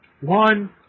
one